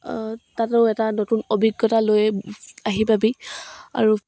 তাতো এটা নতুন অভিজ্ঞতা লৈ আহিম আমি আৰু